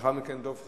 לאחר מכן, דב חנין.